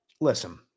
listen